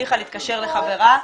הצליחה להתקשר לחברה,